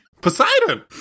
Poseidon